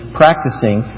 practicing